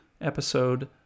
episode